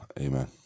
Amen